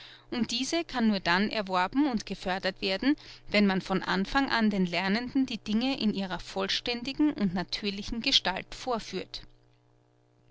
und diese kann nur dann erworben und gefördert werden wenn man von anfang an den lernenden die dinge in ihrer vollständigen und natürlichen gestalt vorführt